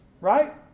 right